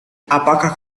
apakah